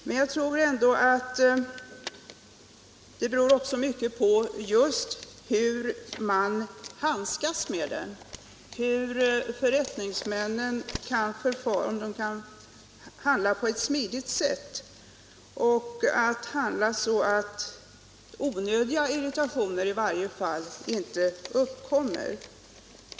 Men jag tror att det också mycket beror på hur man handskas med lagen, om förrättningsmännen kan handla smidigt och så att onödiga irritationer inte uppkommer.